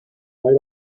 mai